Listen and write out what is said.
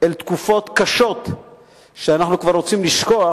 אל תקופות קשות כמו אלה שאנחנו כבר רוצים לשכוח,